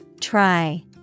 Try